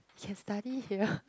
can study here